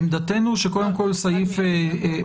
עמדתנו היא שקודם כל סעיף (ט),